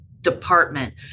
department